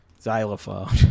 Xylophone